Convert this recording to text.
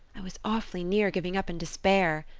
i was awfully near giving up in despair,